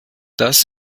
dies